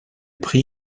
prix